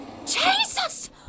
Jesus